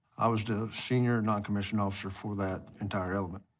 i was the senior noncommissioned officer for that entire element.